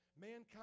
Mankind